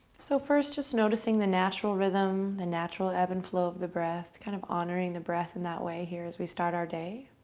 so first, just noticing the natural rhythm. the natural ebb and flow of the breath. kind of honoring the breath in that way here as we start our day.